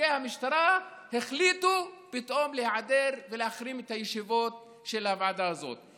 נציגי המשטרה החליטו פתאום להיעדר ולהחרים את הישיבות של הוועדה הזאת,